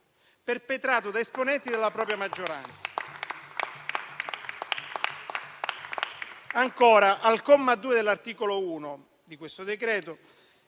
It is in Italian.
perpetrato da esponenti della propria maggioranza. Ancora, al comma 2 dell'articolo 1 di questo decreto,